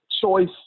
Choice